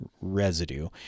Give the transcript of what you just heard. residue